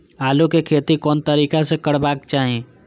आलु के खेती कोन तरीका से करबाक चाही?